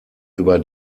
über